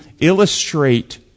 illustrate